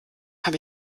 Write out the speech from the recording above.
habe